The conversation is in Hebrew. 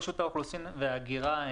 רשות האוכלוסין וההגירה,